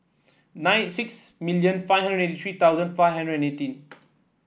nine six million five hundred eighty three thousand five hundred and eighteen